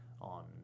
on